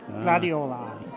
Gladiola